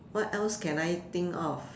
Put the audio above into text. what else can I think of